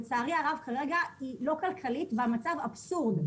לצערי הרב כרגע היא לא כלכלית, והמצב אבסורד.